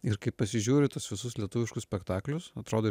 ir kai pasižiūri tuos visus lietuviškus spektaklius atrodo